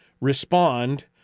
respond